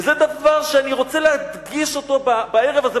וזה דבר שאני רוצה להדגיש אותו בערב הזה,